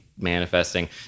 manifesting